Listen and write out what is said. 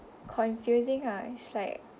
confusing ah it's like